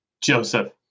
Joseph